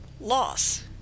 Loss